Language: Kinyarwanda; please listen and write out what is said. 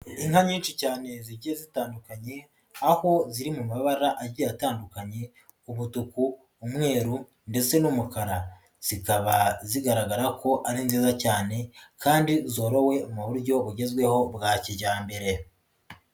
Inka nyinshi cyane zigiye zitandukanye, aho ziri mu mabara agiye atandukanye, umutuku, umweru, ndetse n'umukara, zikaba zigaragara ko ari nziza cyane, kandi zorowe mu buryo bugezweho bwa kijyambere.